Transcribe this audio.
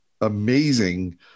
amazing